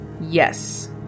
Yes